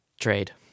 trade